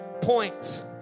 points